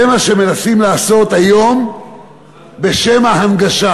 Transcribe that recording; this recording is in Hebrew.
זה מה שמנסים לעשות היום בשם ההנגשה,